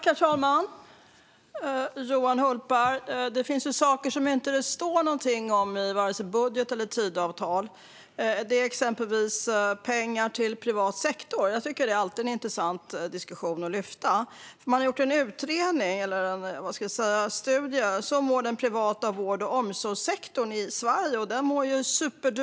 Herr talman! Det finns ju sådant som det inte står något om i vare sig budgeten eller Tidöavtalet, Johan Hultberg, exempelvis pengar till privat sektor. Det är alltid en intressant diskussion att ta upp. Man har gjort en studie, Så mår den privata vård och omsorgssektorn i Sverige . Den mår superbra!